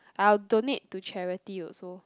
I'll donate to charity also